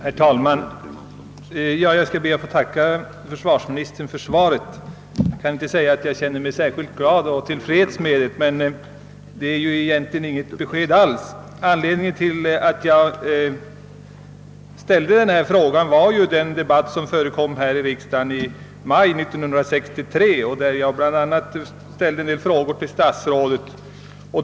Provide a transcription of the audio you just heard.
Herr talman! Jag ber att få tacka försvarsministern för svaret. Jag kan dock inte säga att jag är särskilt glad och till freds med det. Det är ju egentligen inget besked alls. Anledningen till att jag framställde min fråga var den debatt som förekom här i riksdagen den 29 maj 1963, då jag ställde en del frågor till statsrådet.